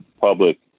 public